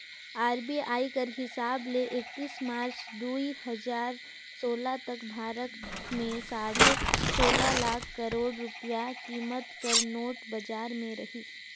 RBI कर हिसाब ले एकतीस मार्च दुई हजार सोला तक भारत में साढ़े सोला लाख करोड़ रूपिया कीमत कर नोट बजार में रहिस